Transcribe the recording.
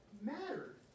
mattered